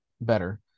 better